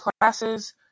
classes